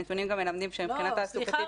הנתונים גם מלמדים שמבחינה תעסוקתית --- לא,